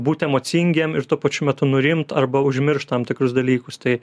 būt emocingiem ir tuo pačiu metu nurimt arba užmiršt tam tikrus dalykus tai